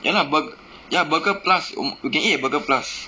ya lah bur~ ya burger plus we can eat burger plus